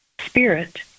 spirit